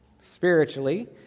spiritually